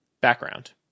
Background